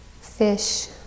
fish